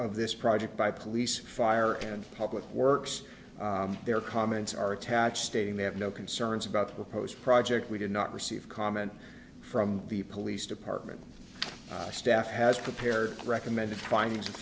of this project by police fire and public works their comments are attached stating they have no concerns about the proposed project we did not receive comment from the police department staff has prepared recommended finding